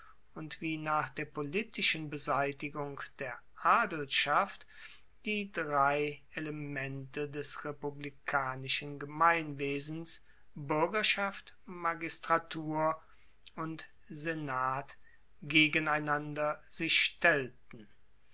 und wie nach der politischen beseitigung der adelschaft die drei elemente des republikanischen gemeinwesens buergerschaft magistratur und senat gegeneinander sich stellten